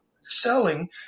selling